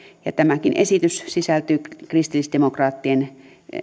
tämäkin esitys sisältyy kristillisdemokraattisen